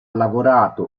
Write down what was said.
lavorato